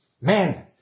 man